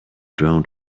droned